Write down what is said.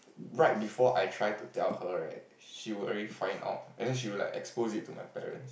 right before I try to tell her right she would already find out and then she would like expose it to my parent